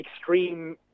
extreme